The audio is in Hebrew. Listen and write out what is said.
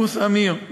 קורס "אמיר",